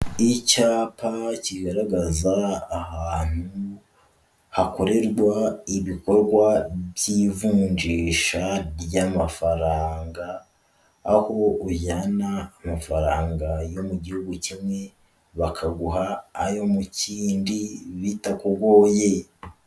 Icyapa kigaragaza ahantu hakorerwa ibikorwa by'ivunjisha ry'amafaranga, aho ujyana amafaranga yo mu gihugu kimwe bakaguha ayo mu kindi bitakugoye.